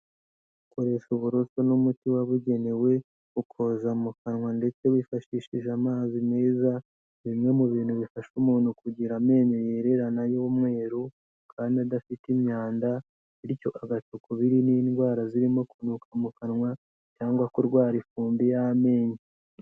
Gukoresha uburoso n'umuti wabugenewe, ukoza mu kanwa ndetse wifashishije amazi meza, ni bimwe mu bintu bifasha umuntu kugira amenyo yererana y'umweru kandi adafite imyanda, bityo agaca ukubiri n'indwara zirimo kunuka mu kanwa cyangwa kurwara ifumbi y'amenyo.